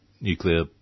nuclear